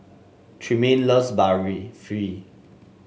Tremaine loves Barfi